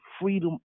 freedom